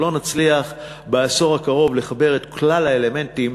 לא נצליח בעשור הקרוב לחבר את כלל האלמנטים